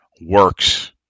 works